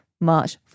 March